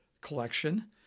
collection